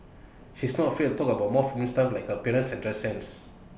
she is not afraid to talk about more feminine stuff like her appearance and dress sense